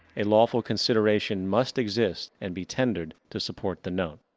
a lawful consideration must exist and be tendered to support the note.